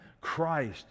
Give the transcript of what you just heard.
Christ